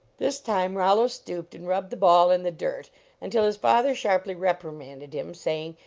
this time rollo stooped and rubbed the ball in the dirt until his father sharply repri manded him, saying,